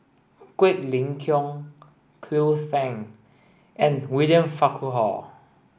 Quek Ling Kiong Cleo Thang and William Farquhar